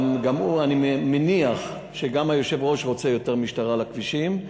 אני מניח שגם היושב-ראש רוצה יותר משטרה על הכבישים,